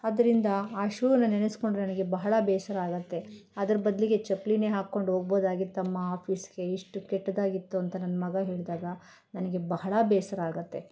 ಆದ್ದರಿಂದ ಆ ಶೂವನ್ನು ನೆನೆಸ್ಕೊಂಡ್ರೆ ನನಗೆ ಬಹಳ ಬೇಸರ ಆಗುತ್ತೆ ಅದ್ರ ಬದಲಿಗೆ ಚಪ್ಲೀಯೇ ಹಾಕೊಂಡೋಗ್ಬೌದಾಗಿತ್ತಮ್ಮ ಆಫೀಸ್ಗೆ ಇಷ್ಟು ಕೆಟ್ಟದಾಗಿತ್ತು ಅಂತ ನನ್ನ ಮಗ ಹೇಳ್ದಾಗ ನನಗೆ ಬಹಳ ಬೇಸರ ಆಗುತ್ತೆ